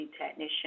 technician